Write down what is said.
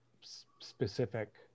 specific